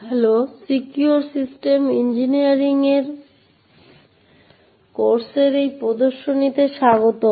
hello secure system engineering কোর্সের এই প্রদর্শনীতে স্বাগতম